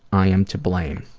i am to blame.